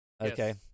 Okay